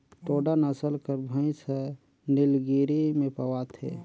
टोडा नसल कर भंइस हर नीलगिरी में पवाथे